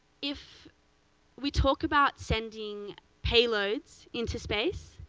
if we talk about sending payloads into space,